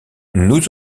nous